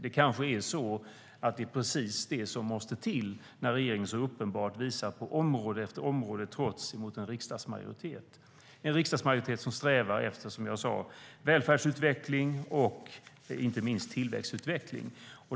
Det är kanske precis det som måste till när regeringen på område efter område så uppenbart visar ett trots mot en riksdagsmajoritet, en riksdagsmajoritet som strävar efter välfärdsutveckling och inte minst tillväxtutveckling.